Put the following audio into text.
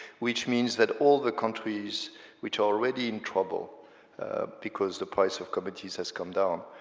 which means that all the countries which are already in trouble because the price of commodities has come down,